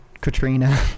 Katrina